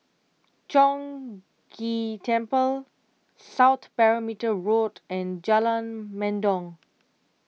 Chong Ghee Temple South Perimeter Road and Jalan Mendong